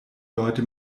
leute